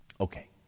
Okay